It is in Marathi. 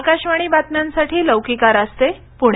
आकाशवाणी बातम्यांसाठी लौकिका रास्ते पुणे